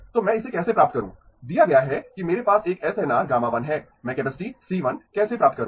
तो मैं इसे कैसे प्राप्त करूं दिया गया है कि मेरे पास एक एसएनआर γ1 है मैं कैपेसिटी C1 कैसे प्राप्त करूं